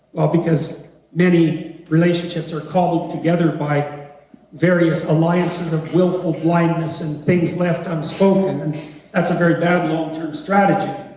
because many relationships are cobbled together by various alliances of willful blindness and things left unspoken, and that's a very bad long-term strategy